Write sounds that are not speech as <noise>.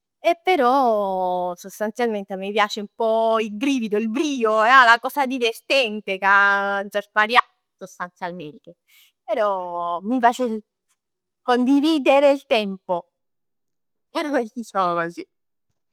Però, sostanzialmente mi piace un pò il brivido, il brio. La cosa divertente, che aggia sbarià sostanzialmente. Però mi piace condividere il tempo. <laughs> Diciamo così.